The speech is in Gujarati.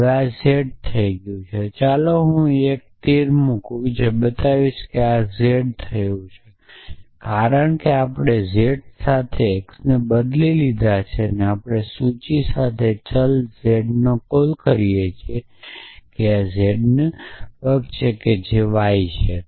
તો આ હવે z થઈ ગયું છે તેથી ચાલો હું અહીં એક તીર મૂકીશ અને બતાવીશ કે આ z થઈ ગયું છે કારણ કે હવે આપણે z સાથે એક્સને બદલી લીધા છે તેથી આપણે સૂચિ સાથે ચલ ઝેડનો કોલ કરીએ છીએ જે ઝેડના પગ છે જે y છે